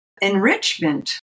enrichment